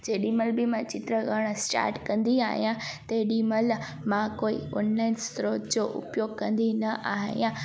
जेॾीमहिल बि मां चिट करण स्टाट कंदी आहियां तेॾीमहिल मां कोई ऑनलाइन स्त्रोत जो उपयोग कंदी न आहियां